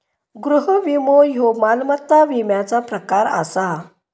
गृह विमो ह्यो मालमत्ता विम्याचा प्रकार आसा